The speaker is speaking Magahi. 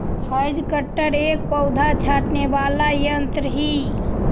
हैज कटर एक पौधा छाँटने वाला यन्त्र ही